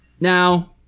Now